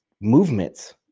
movements